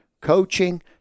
coaching